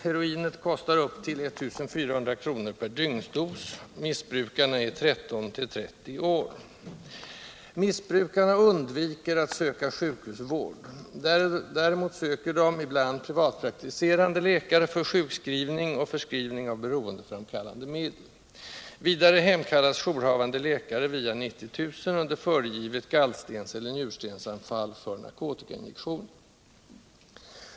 Heroinet kostar upp till 1 400 kr. per dygnsdos. Missbrukarna är 13—30 år. Missbrukarna undviker att söka sjukhusvård. Däremot söker de ibland praktiserande läkare för sjukskrivning och förskrivning av beroendeframkallande medel. Vidare hemkallas jourhavande läkare via 90 000 under föregivet gallstenseller njurstensanfall för narkotikainjektioner.